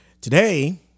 Today